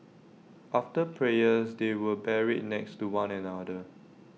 after prayers they were buried next to one another